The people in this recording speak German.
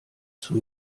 zum